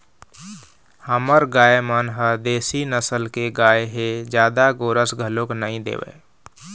हमर गाय मन ह देशी नसल के गाय हे जादा गोरस घलोक नइ देवय